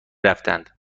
رفتند